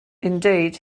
indeed